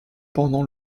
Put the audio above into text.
pendant